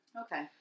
Okay